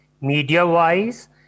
media-wise